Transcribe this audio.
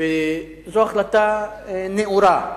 זו החלטה נאורה,